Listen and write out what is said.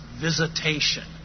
visitation